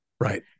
Right